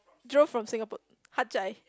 drove from Singapore